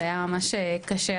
זה היה ממש קשה,